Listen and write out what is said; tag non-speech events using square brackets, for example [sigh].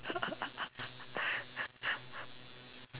[laughs]